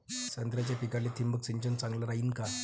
संत्र्याच्या पिकाले थिंबक सिंचन चांगलं रायीन का?